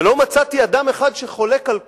ולא מצאתי אדם אחד שחולק על כך,